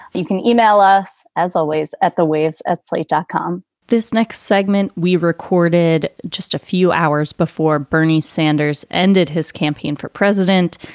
you can e-mail us, as always, at the waves at slate dot com this next segment we recorded just a few hours before bernie sanders ended his campaign for president.